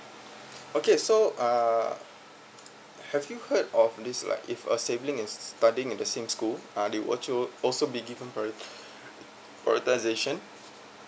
okay so uh have you heard of this like if a sibling is studying in the same school uh they also be given priority uh prioritisation